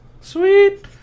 Sweet